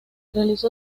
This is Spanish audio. realizó